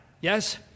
yes